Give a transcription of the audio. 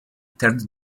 turned